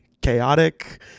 chaotic